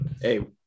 Hey